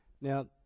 Now